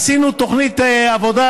עשינו תוכנית עבודה: